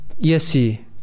yesi